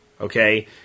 okay